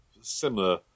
similar